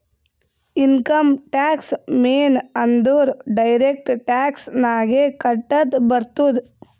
income tax ಮೇನ್ ಅಂದುರ್ direct tax ನಾಗೆ ಕಟ್ಟದ್ ಬರ್ತುದ್